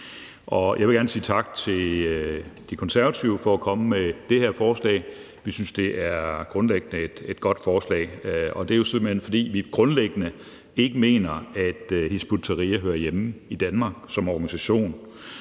Jeg vil gerne sige tak til De Konservative for at komme med det her forslag. Vi synes, at det grundlæggende er et godt forslag, og det er det simpelt hen, fordi vi grundlæggende ikke mener, at Hizb ut-Tahrir hører hjemme i Danmark som organisation.